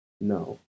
No